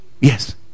Yes